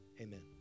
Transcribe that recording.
Amen